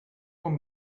com